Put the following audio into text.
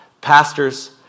Pastors